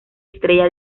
estrella